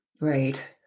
Right